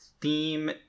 theme